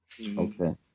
Okay